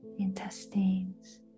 intestines